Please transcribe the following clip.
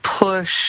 push